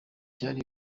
cyari